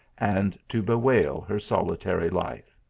and to bewail her solitary life.